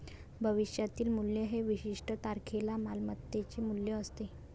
भविष्यातील मूल्य हे विशिष्ट तारखेला मालमत्तेचे मूल्य असते